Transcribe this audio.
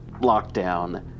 lockdown